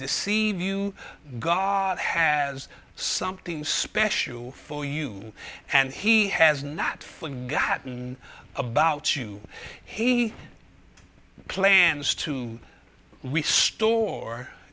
deceive you god has something special for you and he has not forgotten about you he plans to we store